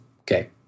Okay